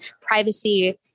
privacy